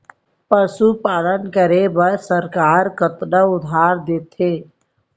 पशुपालन करे बर सरकार कतना उधार देथे?